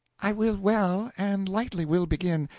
i will well, and lightly will begin.